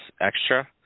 extra